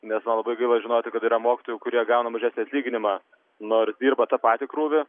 nes man labai gaila žinoti kad yra mokytojų kurie gauna mažesnį atlyginimą nors dirba tą patį krūvį